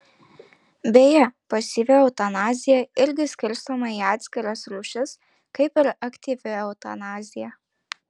beje pasyvi eutanazija irgi skirstoma į atskiras rūšis kaip ir aktyvi eutanazija